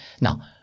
now